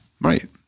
Right